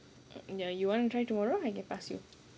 mm you want to try tomorrow I can pass you